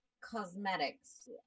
cosmetics